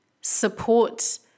support